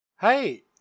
Hey